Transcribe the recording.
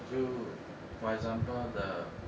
就 for example the